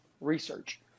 research